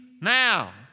now